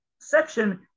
section